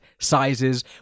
sizes